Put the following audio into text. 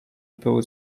był